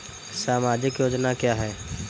सामाजिक योजना क्या है?